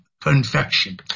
confection